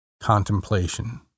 contemplation